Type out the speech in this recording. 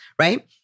right